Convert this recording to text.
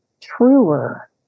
truer